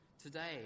Today